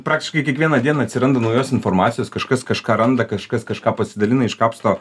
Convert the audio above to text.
praktiškai kiekvieną dieną atsiranda naujos informacijos kažkas kažką randa kažkas kažką pasidalina iškapsto